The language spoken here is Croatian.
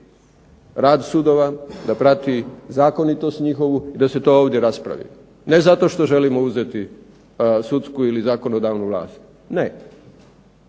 rad sudova, da prati zakonitost njihovu i da se to ovdje raspravi. Ne zato što želimo uzeti sudsku ili zakonodavnu vlast ne.